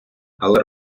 але